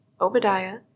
Obadiah